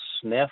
sniff